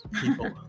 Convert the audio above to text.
People